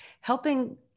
helping